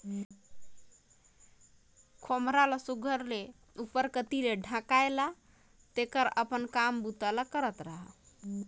खोम्हरा ल सुग्घर ले उपर कती ले ढाएक ला तेकर अपन काम बूता करत रहा